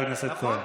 נכון.